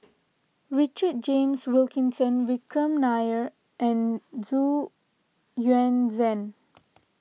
Richard James Wilkinson Vikram Nair and Xu Yuan Zhen